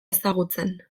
ezagutzen